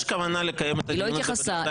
יש כוונה לקיים את הדיון הזה בדלתיים סגורות?